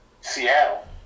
Seattle